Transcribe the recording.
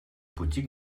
пути